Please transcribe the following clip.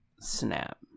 snap